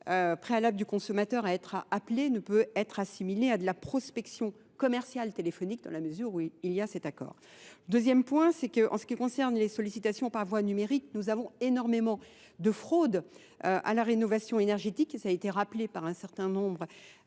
préalable du consommateur à être appelé ne peut être assimilé à de la prospection commerciale téléphonique dans la mesure où il y a cet accord. Deuxième point, c'est qu'en ce qui concerne les sollicitations par voie numérique, nous avons énormément de fraude à la rénovation énergétique et ça a été rappelé par un certain nombre